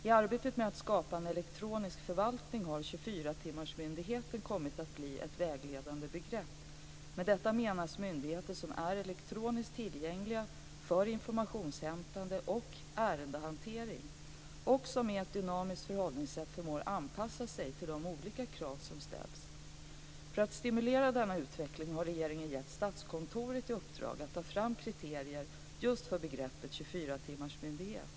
I arbetet med att skapa en elektronisk förvaltning har 24 timmarsmyndigheten kommit att bli ett vägledande begrepp. Med detta menas att myndigheter är elektroniskt tillgängliga för informationshämtande och ärendehantering och med ett dynamiskt förhållningssätt förmår anpassa sig till de olika krav som ställs. För att stimulera denna utveckling har regeringen gett Statskontoret i uppdrag att ta fram kriterier för begreppet 24-timmarsmyndighet.